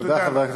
תודה רבה.